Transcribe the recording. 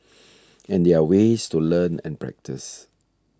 and there ways to learn and practice